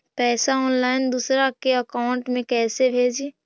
पैसा ऑनलाइन दूसरा के अकाउंट में कैसे भेजी?